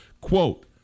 Quote